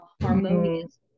harmonious